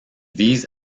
vise